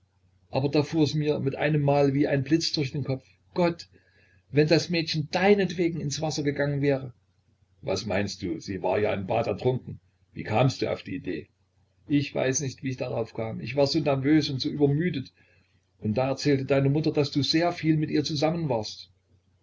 aber da fuhr es mir mit einem mal wie ein blitz durch den kopf gott wenn das mädchen deinetwegen ins wasser gegangen wäre was meinst du sie war ja im bad ertrunken wie kamst du auf die idee ich weiß nicht wie ich darauf kam ich war so nervös und so übermüdet und da erzählte deine mutter daß du sehr viel mit ihr zusammen warst